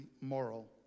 moral